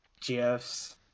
GFs